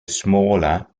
smaller